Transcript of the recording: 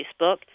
Facebook